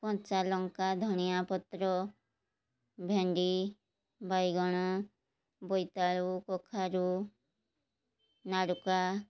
କଞ୍ଚାଲଙ୍କା ଧନିଆପତ୍ର ଭେଣ୍ଡି ବାଇଗଣ ବୋଇତାଳୁ କଖାରୁ ନାଡ଼କା